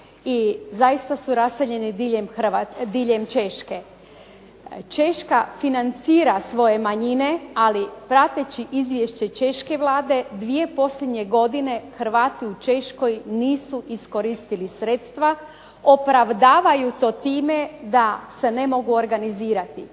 i zaista su raseljeni diljem Češke. Češka financira svoje manjine, ali prateći izvješće češke vlade, 2 posljednje godine Hrvati u Češkoj nisu iskoristili sredstva. Opravdavaju to time da se ne mogu organizirati.